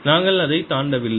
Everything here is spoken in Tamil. நாங்கள் அதைத் தாண்டவில்லை